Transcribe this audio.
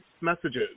messages